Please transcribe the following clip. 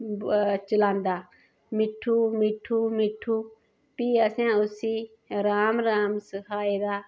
चिलांदा मिट्ठू मिट्ठू मिट्ठू फिह् असें उसी राम राम सखाऐ दा